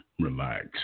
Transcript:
relax